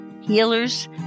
healers